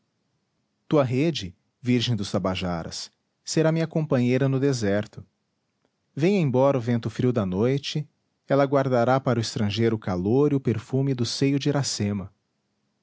tua rede virgem dos tabajaras será minha companheira no deserto venha embora o vento frio da noite ela guardará para o estrangeiro o calor e o perfume do seio de iracema